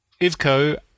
Ivko